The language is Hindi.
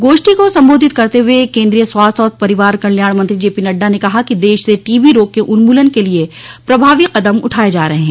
गोष्ठी को संबोधित करते हुए केन्द्रीय स्वास्थ्य और परिवार कल्याण मंत्री जेपी नड्डा ने कहा कि देश से टीबी रोग के उन्मूलन के लिए प्रभावी कदम उठाये जा रहे हैं